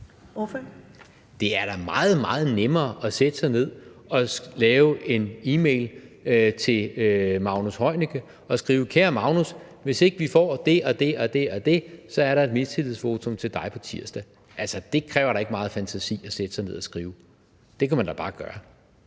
meget, meget nemmere at sætte sig ned og formulere en e-mail til sundheds- og ældreministeren og skrive: Kære Magnus, hvis ikke vi får det og det, er der et mistillidsvotum til dig på tirsdag. Det kræver da ikke meget fantasi at sætte sig ned og skrive det. Det kan man da bare gøre.